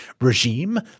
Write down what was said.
regime